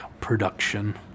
production